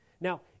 Now